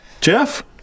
Jeff